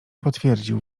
potwierdził